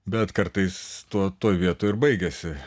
bet kartais tuo toj vietoj ir baigiasi